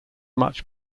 much